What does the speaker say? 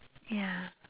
ya